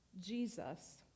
Jesus